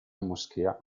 moschea